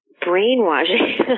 brainwashing